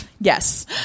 Yes